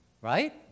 Right